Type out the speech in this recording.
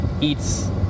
eats